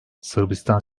sırbistan